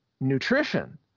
nutrition